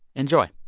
enjoy